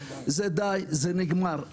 די, זה נגמר.